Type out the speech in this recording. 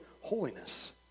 holiness